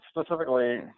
specifically